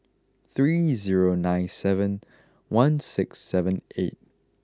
three zero nine seven one six seven eight